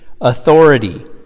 authority